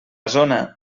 zona